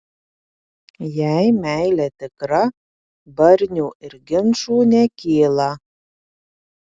jei meilė tikra barnių ir ginčų nekyla